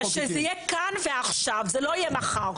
אבל שזה יהיה כאן ועכשיו וזה לא יהיה מחר.